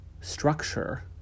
structure